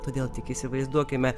todėl tik įsivaizduokime